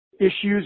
issues